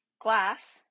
glass